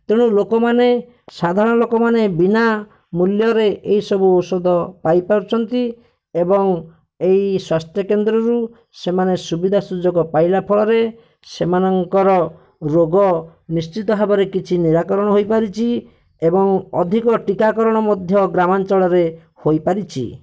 ତେଣୁ ଲୋକମାନେ ସାଧାରଣ ଲୋକମାନେ ବିନା ମୂଲ୍ୟରେ ଏହିସବୁ ଔଷଧ ପାଇପାରୁଛନ୍ତି ଏବଂ ଏହି ସ୍ଵାସ୍ଥ୍ୟକେନ୍ଦ୍ରରୁ ସେମାନେ ସୁବିଧା ସୁଯୋଗ ପାଇଲା ଫଳରେ ସେମାନଙ୍କର ରୋଗ ନିଶ୍ଚିତ ଭାବରେ କିଛି ନିରାକରଣ ହୋଇପାରିଛି ଏବଂ ଅଧିକ ଟୀକାକରଣ ମଧ୍ୟ ଗ୍ରାମାଞ୍ଚଳରେ ହୋଇପାରିଛି